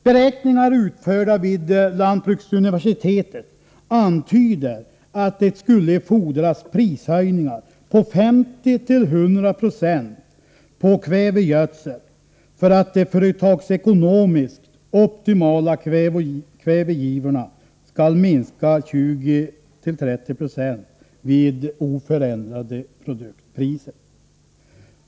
Beräkningar utförda vid lantbruksuniversitetet antyder att det skulle fordras prishöjningar på 50-100 26 på kvävegödsel för att de företagsekonomiskt optimala kvävegivorna skall minska 20-30 20 vid oförändrade produktpriser.